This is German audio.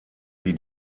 wie